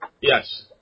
Yes